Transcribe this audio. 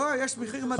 לא, יש מחיר מתאים.